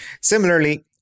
Similarly